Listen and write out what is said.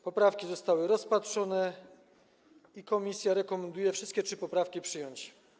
Poprawki zostały rozpatrzone i komisja rekomenduje wszystkie trzy poprawki przyjąć.